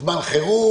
זמן חירום,